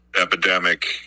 epidemic